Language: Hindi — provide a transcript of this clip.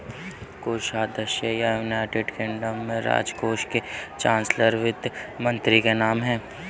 कोषाध्यक्ष या, यूनाइटेड किंगडम में, राजकोष के चांसलर वित्त मंत्री के नाम है